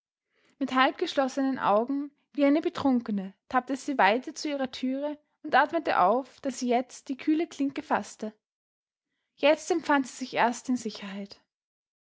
mit halbgeschlossenen augen wie eine betrunkene tappte sie weiter zu ihrer türe und atmete auf da sie jetzt die kühle klinke faßte jetzt empfand sie sich erst in sicherheit